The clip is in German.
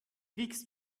wiegst